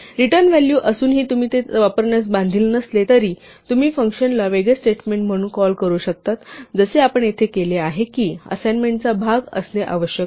return value असूनही तुम्ही ते वापरण्यास बांधील नसले तरी तुम्ही फंक्शनला वेगळे स्टेटमेंट म्हणून कॉल करू शकता जसे आपण येथे केले आहे की ते असाइनमेंटचा भाग असणे आवश्यक नाही